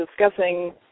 discussing